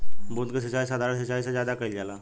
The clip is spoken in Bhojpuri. बूंद क सिचाई साधारण सिचाई से ज्यादा कईल जाला